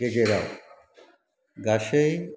गेजेराव गासै